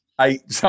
eight